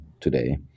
today